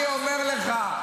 אני אומר לך,